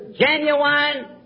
genuine